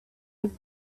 would